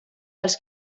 dels